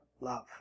love